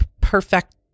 perfect